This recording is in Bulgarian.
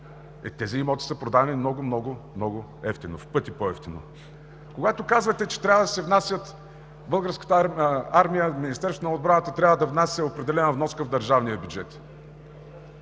тези имоти са продадени много, много, много евтино – в пъти по-евтино. Когато казвате, че Българската армия, Министерството на отбраната трябва да внася определена вноска в държавния бюджет,